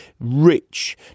rich